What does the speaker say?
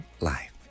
life